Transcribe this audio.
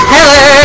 Hello